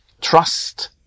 trust